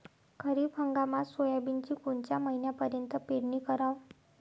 खरीप हंगामात सोयाबीनची कोनच्या महिन्यापर्यंत पेरनी कराव?